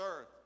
earth